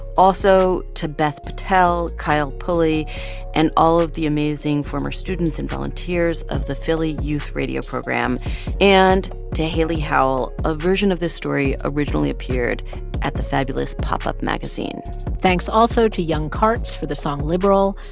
also to beth patel, kyle pulley and all of the amazing former students and volunteers of the philly youth radio program and to hailey howell. a version of this story originally appeared at the fabulous pop-up magazine thanks also to yung kartz for the song liberal,